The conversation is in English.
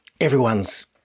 everyone's